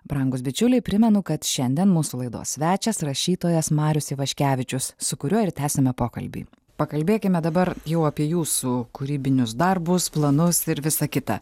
brangūs bičiuliai primenu kad šiandien mūsų laidos svečias rašytojas marius ivaškevičius su kuriuo ir tęsiame pokalbį pakalbėkime dabar jau apie jūsų kūrybinius darbus planus ir visa kita